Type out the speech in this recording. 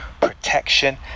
protection